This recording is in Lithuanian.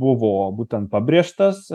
buvo būtent pabrėžtas